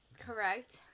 correct